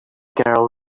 girl